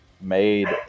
made